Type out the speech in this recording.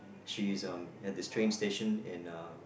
she's um at this train station in uh